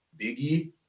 Biggie